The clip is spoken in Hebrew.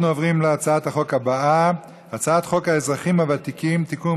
אנחנו עוברים להצעת החוק הבאה: הצעת חוק האזרחים הוותיקים (תיקון,